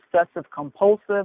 obsessive-compulsive